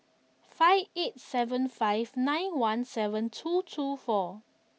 five eight seven five nine one seven two two four